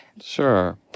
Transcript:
Sure